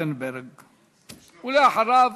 מנואל טרכטנברג, ואחריו,